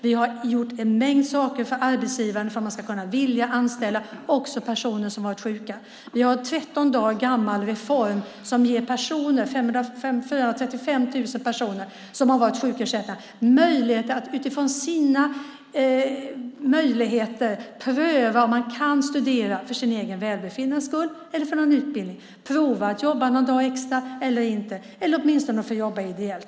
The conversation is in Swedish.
Vi har gjort en mängd saker för arbetsgivarna för att de ska kunna och vilja anställa även personer som varit sjuka. Vi har en 13 dagar gammal reform som ger 435 000 personer som haft sjukersättning möjlighet att utifrån sin potential pröva om de kan studera för sitt eget välbefinnandes skull eller för att få en utbildning, pröva att jobba någon dag extra eller inte, eller åtminstone kunna jobba ideellt.